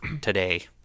today